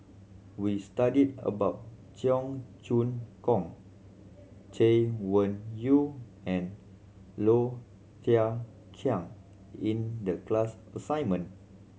we studied about Cheong Choong Kong Chay Weng Yew and Low Thia Khiang in the class assignment